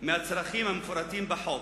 מהצרכים המפורטים בחוק?